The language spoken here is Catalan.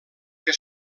que